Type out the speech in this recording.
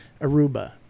Aruba